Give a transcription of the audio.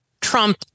Trump